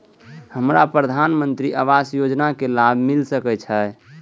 हमरा प्रधानमंत्री आवास योजना के लाभ मिल सके छे?